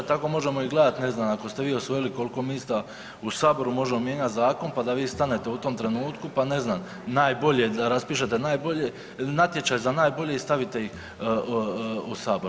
Tako možemo i gledati ne znam ako ste vi osvojili koliko mjesta u Saboru možemo mijenjati zakon, pa da vi stanete u tom trenutku pa ne znam najbolje da raspišete natječaj za najbolje i stavite ih u Sabor.